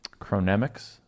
Chronemics